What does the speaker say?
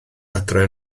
adre